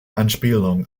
anspielung